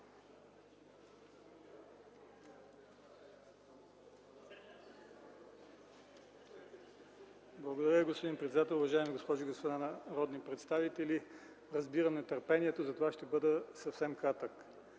Благодаря Ви, господин председател. Уважаеми госпожи и господа народни представители, разбирам нетърпението, затова ще бъда съвсем кратък.